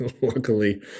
luckily